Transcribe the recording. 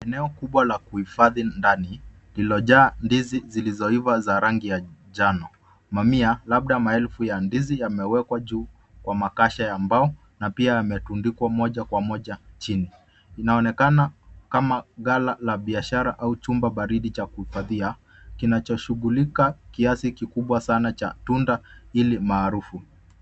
Eneo kubwa la kuhifadhi ndani lilijaa ndizi zilizoiva za rangi ya njano. Mamia, labda maelfu ya ndizi yamewekwa juu kwa makasha ya mbao na pia yametundikwa moja kwa moja chini. Inaonekana kama gala la biashara au chumba baridi cha kuhifadhia kinachoshugulika kiasi kikubwa sana cha tunda hili maarufu.